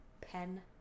pen